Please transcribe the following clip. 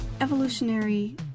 evolutionary